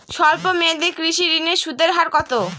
স্বল্প মেয়াদী কৃষি ঋণের সুদের হার কত?